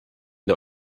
der